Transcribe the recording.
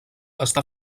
està